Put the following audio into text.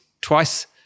twice